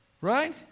Right